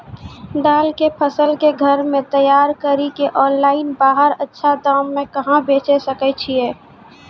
दाल के फसल के घर मे तैयार कड़ी के ऑनलाइन बाहर अच्छा दाम मे कहाँ बेचे सकय छियै?